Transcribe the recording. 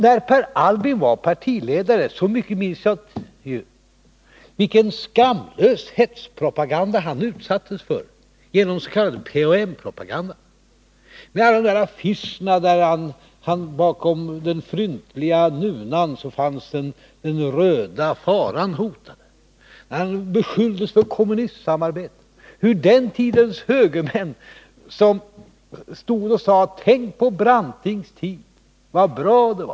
När Per Albin var partiledare — så mycket minns jag ju — vilken skamlös hetspropaganda han utsattes för genom den s.k. PHM-kampanjen. Tänk på alla affischer — bakom den fryntliga nunan hotade den röda faran. Han beskylldes för kommunistsamarbete. Den tidens högermän stod och sade: Tänk, på Brantings tid, vad bra det var.